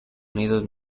unidos